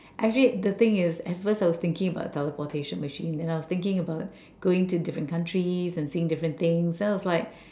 actually the thing is at first I was thinking about teleportation machine then I was thinking about going to different countries and seeing different things so I was like